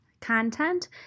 content